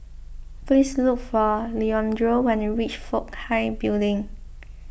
please look for Leandro when you reach Fook Hai Building